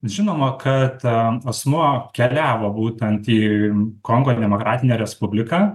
žinoma kad asmuo keliavo būtent ir kongo demokratinę respubliką